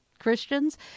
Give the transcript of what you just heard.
Christians